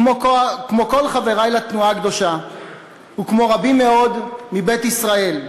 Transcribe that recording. כמו כל חברי לתנועה הקדושה וכמו רבים מאוד מבית ישראל,